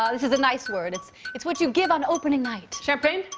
ah this is a nice word. it's it's what you give on opening night. champagne?